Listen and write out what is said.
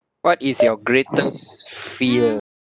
what is your greatest fear